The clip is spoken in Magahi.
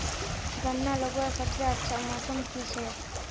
गन्ना लगवार सबसे अच्छा मौसम की छे?